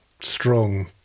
strong